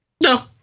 no